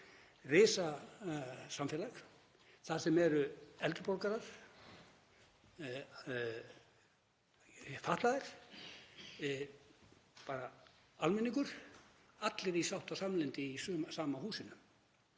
risasamfélag þar sem eru eldri borgarar, fatlaðir og almenningur, allir í sátt og samlyndi í sama húsinu.